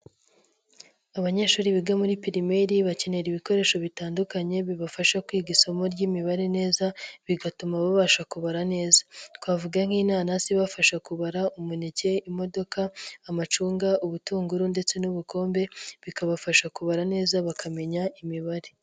Abanyeshuri biga muri pirimeri, bakenera ibikoresho bitandukanye bibafasha kwiga isomo ry'imibare neza bigatuma babasha kubara neza; twavuga nk'inanasi ibafasha kubara umuneke, imodoka, amacunga, ubutunguru, ndetse n'ubukombe bikabafasha kubara neza bakamenya imibare.